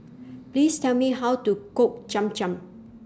Please Tell Me How to Cook Cham Cham